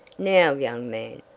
now young man,